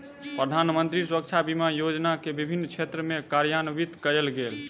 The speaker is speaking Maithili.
प्रधानमंत्री सुरक्षा बीमा योजना के विभिन्न क्षेत्र में कार्यान्वित कयल गेल